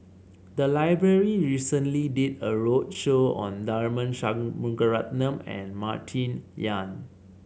the library recently did a roadshow on Tharman Shanmugaratnam and Martin Yan